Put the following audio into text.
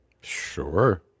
Sure